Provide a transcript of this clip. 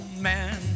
man